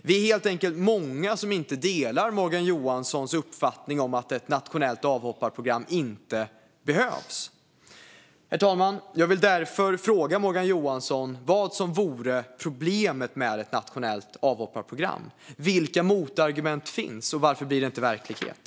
Vi är helt enkelt många som inte delar Morgan Johanssons uppfattning om att ett nationellt avhopparprogram inte behövs. Herr talman! Jag vill därför fråga Morgan Johansson vad som är problemet med ett nationellt avhopparprogram. Vilka motargument finns, och varför blir det inte verklighet?